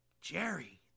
Jerry